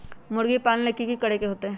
मुर्गी पालन ले कि करे के होतै?